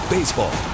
Baseball